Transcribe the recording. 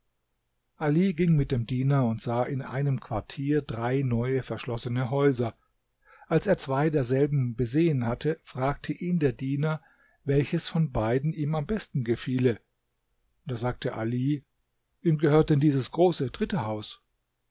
ali ging mit dem diener und sah in einem quartier drei neue verschlossene häuser als er zwei derselben besehen hatte fragte ihn der diener welches von beiden ihm am besten gefiele da sagte ali wem gehört denn dieses große dritte haus